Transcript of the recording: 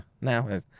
now